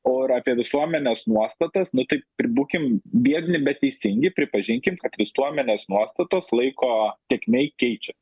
o ar apie visuomenės nuostatas nu tai pri būkim biedni bet teisingi pripažinkim kad visuomenės nuostatos laiko tėkmėj keičia